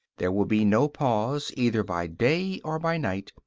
there will be no pause, either by day or by night,